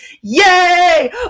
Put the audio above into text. yay